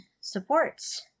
supports